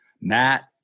Matt